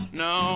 no